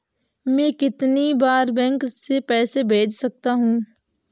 मैं कितनी बार बैंक से पैसे भेज सकता हूँ?